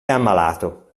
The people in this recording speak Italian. ammalato